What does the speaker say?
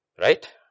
Right